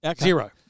Zero